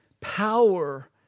power